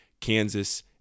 Kansas